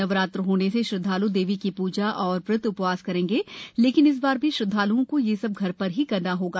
नवरात्र होने से श्रद्धाल् देवी की प्जा और व्रत उ वास करेंगे लेकिन इस बार भी श्रद्धाल्ओं को यह सब घर र ही करना होगा